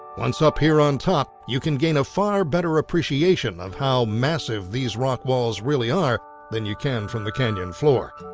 once up here on top, you can gain a far better appreciation of how massive these rock walls really are than you can from the canyon floor.